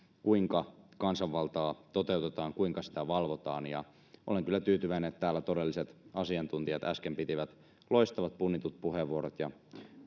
kuinka kansanvaltaa toteutetaan kuinka sitä valvotaan ja olen kyllä tyytyväinen että täällä todelliset asiantuntijat äsken pitivät loistavat punnitut puheenvuorot ja